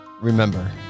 remember